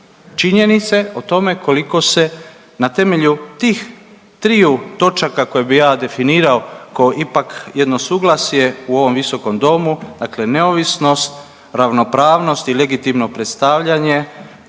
činjenice o tome koliko se na temelju tih triju točaka koje bi ja definirao kao ipak jedno suglasje u ovom visokom domu, dakle neovisnost, ravnopravnost i legitimno predstavljanje